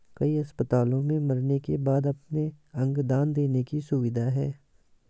कई अस्पतालों में मरने के बाद अपने अंग दान देने की सुविधा है